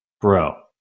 bro